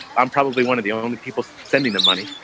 i'm probably one of the only people sending the money,